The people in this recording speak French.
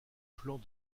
flancs